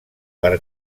per